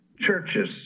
churches